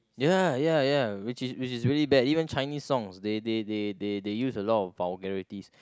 ya ya ya which is which is really bad even Chinese song they they they they they use a lot of vulgarities